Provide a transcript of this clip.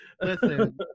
Listen